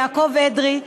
יעקב אדרי,